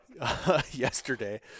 yesterday